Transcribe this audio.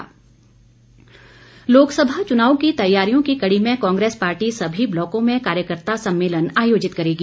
कांग्रेस लोकसभा चुनाव की तैयारियों की कड़ी में कांग्रेस पार्टी सभी ब्लॉकों में कार्यकर्ता सम्मेलन आयोजित करेगी